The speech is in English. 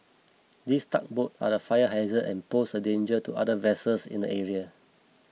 these tugboats are the fire hazard and pose a danger to other vessels in the area